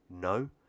No